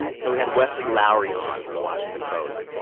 so we had wesley lowery on from the washington post.